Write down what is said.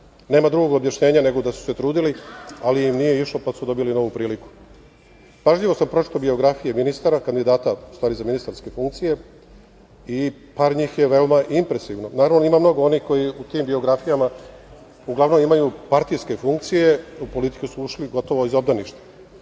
Nema drugog objašnjenja nego da su se trudili, ali im nije išlo pa su dobili novu priliku. Pažljivo sam pročitao biografije kandidata za ministarske funkcije i par njih je veoma impresivno. Naravno, ima mnogo onih koji u tim biografijama uglavnom imaju partijske funkcije. U politiku su ušli gotovo iz obdaništa. Impresivna